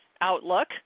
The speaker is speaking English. outlook